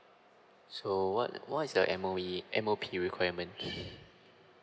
so what what's the M_O_E M_O_P requirement